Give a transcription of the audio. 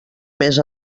més